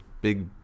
big